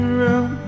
room